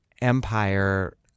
empire